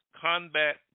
combat